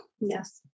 Yes